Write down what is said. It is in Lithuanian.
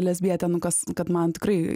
lesbietė nu kas kad man tikrai